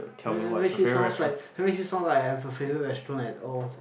uh make it sounds like make it sound like I have a favorite restaurant and all